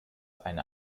eine